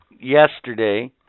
yesterday